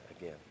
again